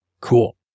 cool